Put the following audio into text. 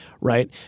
right